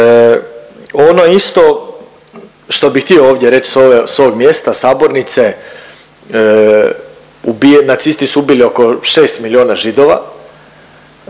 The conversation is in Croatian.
Ono isto što bi htio ovdje reć s ovog mjesta sabornice, nacisti su ubili oko 6 miliona Židova,